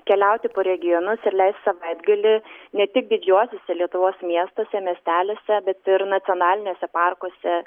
keliauti po regionus ir leist savaitgalį ne tik didžiuosiuose lietuvos miestuose miesteliuose bet ir nacionaliniuose parkuose